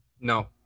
No